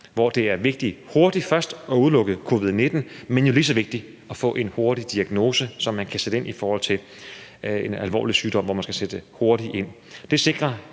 hvor det er vigtigt hurtigt først at udelukke covid-19, men jo lige så vigtigt at få en hurtig diagnose, så man kan sætte ind i forhold til en alvorlig sygdom, hvor der skal sættes hurtigt ind.